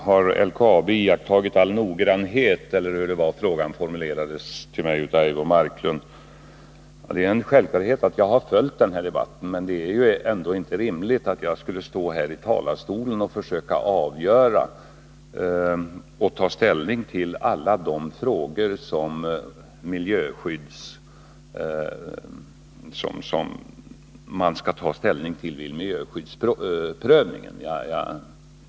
Herr talman! Har LKAB iakttagit all noggrannhet? Det var väl ungefär så Eivor Marklund formulerade sin fråga till mig. Ja, självfallet har jag följt den här debatten. Men det är ändå inte rimligt att begära av mig att jag skulle stå här i talarstolen och försöka ta ställning till alla de frågor som skall beaktas vid miljöskyddsprövningen.